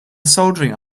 soldering